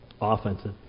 Offensive